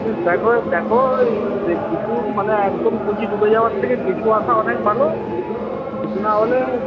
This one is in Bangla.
দেখো দেখো এই কিছু মানে একদম ডুবে যাওয়ার চেয়ে কিছু আসা অনেক ভালো কিছু না হলে